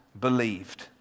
believed